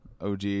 OG